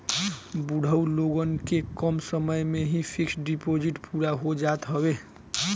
बुढ़ऊ लोगन के कम समय में ही फिक्स डिपाजिट पूरा हो जात हवे